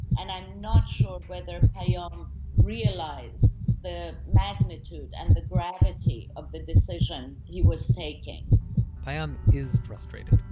and i'm not sure whether payam realized the magnitude and the gravity of the decision he was taking payam is frustrated